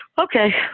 Okay